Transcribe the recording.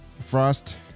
Frost